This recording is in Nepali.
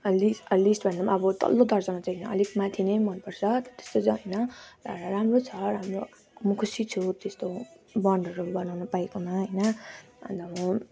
अ लिस्ट अ लिस्ट भन्दा पनि अब तल्लो दर्जामा चाहिँ अलिक माथि नै मनपर्छ त्यस्तो चाहिँ होइन तर राम्रो छ राम्रो म खुसी छु त्यस्तो बोन्डहरू बनाउनु पाएकोमा होइन अन्त म